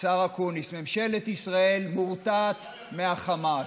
השר אקוניס, ממשלת ישראל מורתעת מהחמאס.